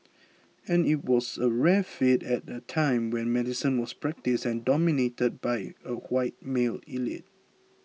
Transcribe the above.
and it was a rare feat at a time when medicine was practised and dominated by a white male elite